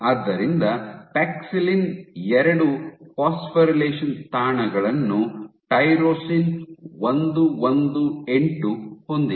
ಆದ್ದರಿಂದ ಪ್ಯಾಕ್ಸಿಲಿನ್ ಎರಡು ಫಾಸ್ಫೊರಿಲೇಷನ್ ತಾಣಗಳನ್ನು ಟೈರೋಸಿನ್ 118 ಹೊಂದಿದೆ